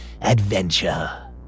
adventure